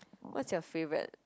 what's your favourite